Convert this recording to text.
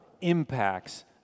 impacts